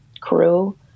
crew